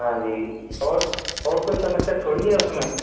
हाँ जी और और कोई समस्या थोड़ी है उसमें